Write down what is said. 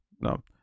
no